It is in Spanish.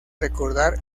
recordar